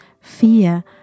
fear